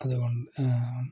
അതുകൊ